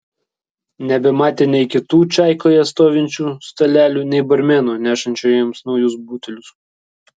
nebematė nei kitų čaikoje stovinčių stalelių nei barmeno nešančio jiems naujus butelius